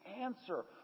answer